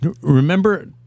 Remember